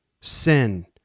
Sin